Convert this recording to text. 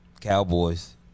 Cowboys